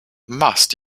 must